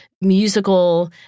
musical